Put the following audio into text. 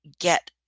get